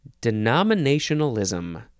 Denominationalism